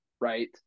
right